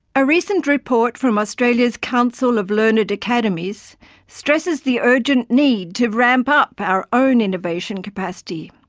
a recent report from australia's council of learned academies stresses the urgent need to ramp up our own innovation capacity.